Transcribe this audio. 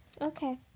Okay